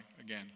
again